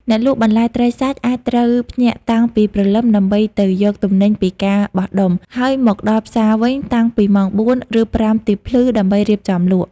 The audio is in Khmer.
អ្នកលក់បន្លែត្រីសាច់អាចត្រូវភ្ញាក់តាំងពីព្រលឹមដើម្បីទៅយកទំនិញពីការបោះដុំ ហើយមកដល់ផ្សារវិញតាំងពីម៉ោង ៤ ឬ ៥ ទៀបភ្លឺ ដើម្បីរៀបចំលក់។